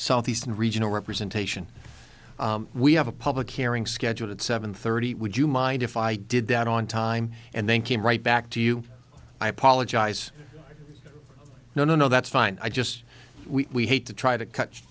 southeastern regional representation we have a public hearing scheduled at seven thirty would you mind if i did that on time and then came right back to you i apologize no no no that's fine i just we need to try to c